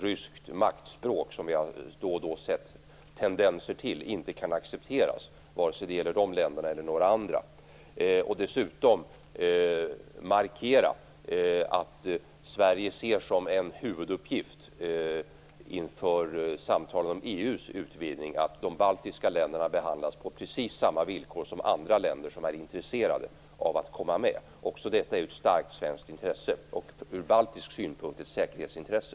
Ryskt maktspråk, som vi då och då har sett tendenser till, kan inte accepteras vare sig det gäller de baltiska länderna eller några andra. Dessutom ber jag utrikesministern markera att Sverige ser som en huvuduppgift inför samtal om EU:s utvidgning att de baltiska länderna behandlas på precis samma villkor som andra länder som är intresserade av att komma med. Också detta är ju ett starkt svenskt intresse, och ur baltisk synpunkt ett säkerhetsintresse.